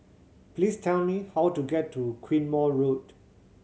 please tell me how to get to Quemoy Road